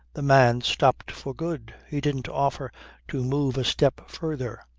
the man stopped for good he didn't offer to move a step further.